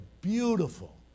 beautiful